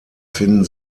finden